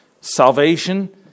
Salvation